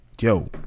yo